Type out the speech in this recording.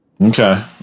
Okay